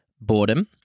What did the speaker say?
Boredom